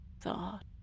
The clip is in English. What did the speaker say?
thought